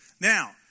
Now